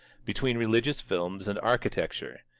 between religious films and architecture.